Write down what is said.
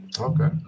okay